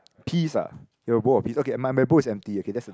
peas ah your bowl of pea okay my my bowl is empty okay that's a